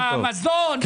--- במזון.